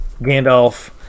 Gandalf